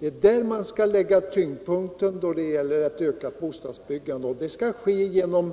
Där skall man lägga tyngdpunkten när det gäller att öka bostadsbyggandet, och det skall ske genom